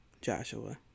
Joshua